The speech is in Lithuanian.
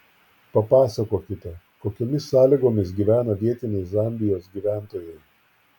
papasakokite kokiomis sąlygomis gyvena vietiniai zambijos gyventojai